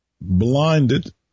blinded